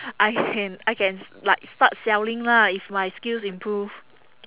I can I can s~ like start selling lah if my skills improve